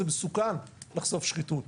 זה מסוכן לחשוף שחיתות.